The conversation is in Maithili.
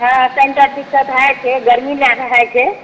हँ कनिटा दिक्कत भए जाइ छै गर्मी लए कऽ हइ छै